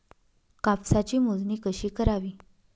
कापसाची मोजणी कशी करावी?